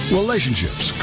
relationships